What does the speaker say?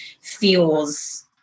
feels